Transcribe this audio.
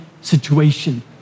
situation